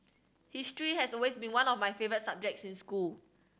history has always been one of my favourite subjects in school